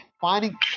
finding